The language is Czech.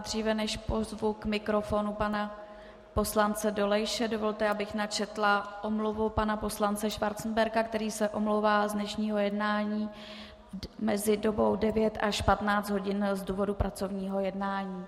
Dříve než pozvu k mikrofonu pana poslance Dolejše, dovolte, abych načetla omluvu pana poslance Schwarzenberga, který se omlouvá z dnešního jednání mezi dobou 9 až 15 hodin z důvodu pracovního jednání.